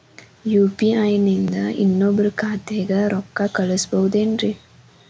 UPI ನಿಂದ ಇನ್ನೊಬ್ರ ಖಾತೆಗೆ ರೊಕ್ಕ ಕಳ್ಸಬಹುದೇನ್ರಿ?